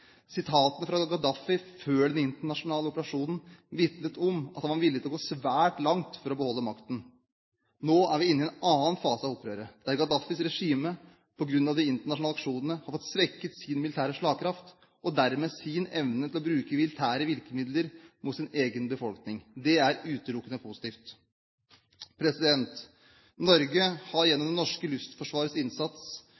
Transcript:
Sitatene fra Gaddafi før den internasjonale operasjonen vitnet om at han var villig til å gå svært langt for å beholde makten. Nå er vi inne i en annen fase av opprøret, der Gaddafis regime på grunn av de internasjonale aksjonene har fått svekket sin militære slagkraft, og dermed sin evne til å bruke militære virkemidler mot sin egen befolkning. Det er utelukkende positivt. Norge har